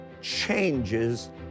changes